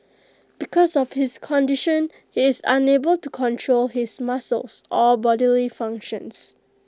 because of his condition he is unable to control his muscles or bodily functions